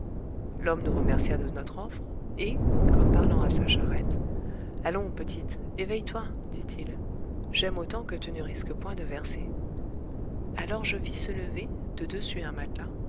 l'homme nous remercia de notre offre et comme parlant à sa charrette allons petite éveille-toi dit-il j'aime autant que tu ne risques point de verser alors je vis se lever de dessus un matelas